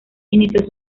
inició